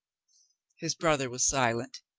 his brother was silent.